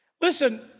Listen